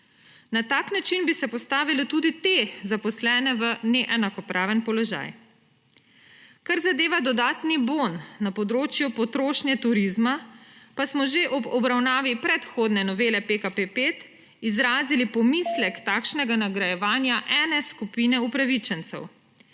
Na tak način bi se postavilo tudi te zaposlene v neenakopraven položaj. Kar zadeva dodatni bon na področju potrošnje turizma, pa smo že ob obravnavi predhodne novele PKP 5 izrazili pomislek takšnega nagrajevanja ene skupine upravičencev.